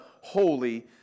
holy